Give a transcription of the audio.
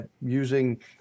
using